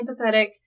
empathetic